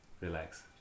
relax